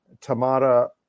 Tamara